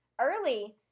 early